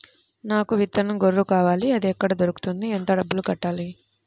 నాకు విత్తనం గొర్రు కావాలి? అది ఎక్కడ దొరుకుతుంది? ఎంత డబ్బులు కట్టాలి?